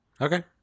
Okay